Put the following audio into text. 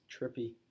trippy